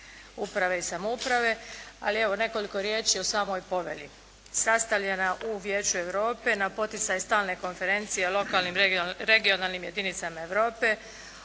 uprave i samouprave. Ali evo nekoliko riječi o samoj povelji. Sastavljena u Vijeću Europe na poticaj stalne konferencije o lokalnim regionalnim jedinicama Europe,